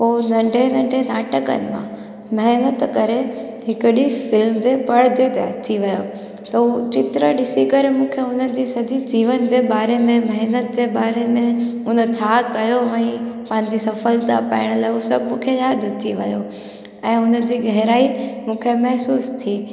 पोइ नंढे नंढे नाटकनि मां महिनतु करे हिकु ॾींहुं फिल्म जे परदे ते अची वियो त उहो चित्र ॾिसी करे मूंखे उन जी सॼी जीवन जे बारे में महिनत जे बारे में उन छा कयो हुई पंहिंजी सफ़लता पाइणु लाइ उहो सभु मूंखे यादि अची वियो ऐं उन जी गहराई मूंखे महिसूसु थी